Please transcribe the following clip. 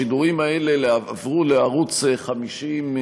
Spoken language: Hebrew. השידורים האלה עברו לערוץ 50,